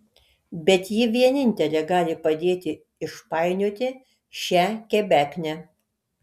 bet ji vienintelė gali padėti išpainioti šią kebeknę